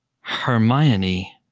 Hermione